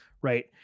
right